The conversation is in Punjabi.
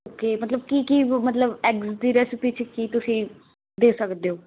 ਓਕੇ ਮਤਲਬ ਕੀ ਕੀ ਮਤਲਬ ਐਗਸ ਦੀ ਰੈਸਿਪੀ 'ਚ ਕੀ ਤੁਸੀਂ ਦੇ ਸਕਦੇ ਹੋ